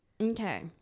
Okay